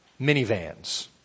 minivans